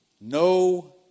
no